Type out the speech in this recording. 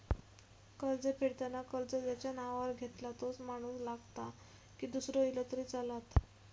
कर्ज फेडताना कर्ज ज्याच्या नावावर घेतला तोच माणूस लागता की दूसरो इलो तरी चलात?